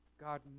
God